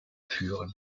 führen